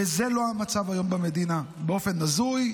וזה לא המצב היום במדינה, באופן הזוי,